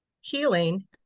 healing